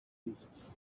thesis